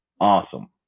awesome